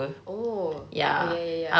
oh ya ya ya ya